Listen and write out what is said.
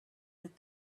that